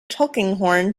tulkinghorn